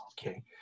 Okay